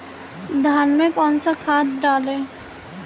धान में कौन सा खाद डालें?